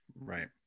Right